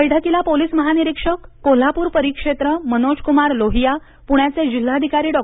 बैठकीला पोलीस महानिरीक्षक कोल्हापूर परिक्षेत्र मनोजक्मार लोहिया पूण्याचे जिल्हाधिकारी डॉ